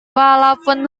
walaupun